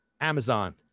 Amazon